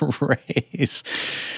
raise